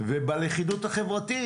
ובלכידות החברתית.